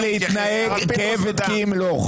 תפסיק להתנהג כעבד כי ימלוך,